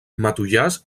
matollars